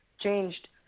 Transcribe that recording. changed